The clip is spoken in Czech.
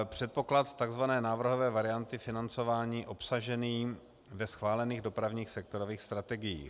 Předpoklad tzv. návrhové varianty financování obsažený ve schválených dopravních sektorových strategiích.